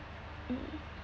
um